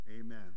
amen